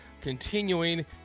continuing